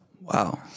Wow